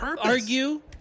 argue